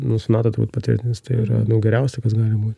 nusimatant truputėlį nes tai yra geriausia kas gali būti